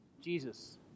Jesus